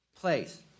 place